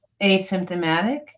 asymptomatic